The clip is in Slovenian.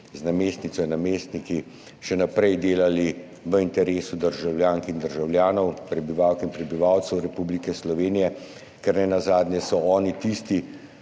z namestnico in namestniki še naprej delali v interesu državljank in državljanov, prebivalk in prebivalcev Republike Slovenije. Ker nenazadnje so oni tisti